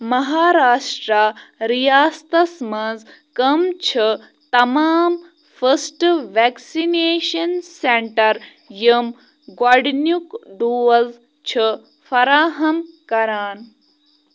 مہاراشٹرٛا رِیاستس مَنٛز کَم چھِ تمام فٔسٹ وٮ۪کسِنیشَن سٮ۪نٛٹَر یم گۄڈٕنیُک ڈوز چھِ فراہَم کران